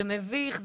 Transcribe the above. זה מביך,